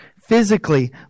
physically